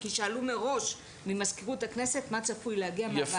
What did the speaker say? כי מזכירות הכנסת שאלנו מראש מה צפוי להגיע מהוועדות.